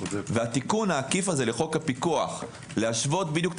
והתיקון העקיף הזה לחוק הפיקוח להשוות בדיוק את